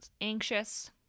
anxious